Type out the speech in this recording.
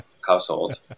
household